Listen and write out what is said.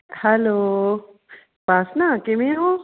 hello Upasana ਕਿਵੇਂ ਓਂ